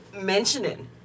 mentioning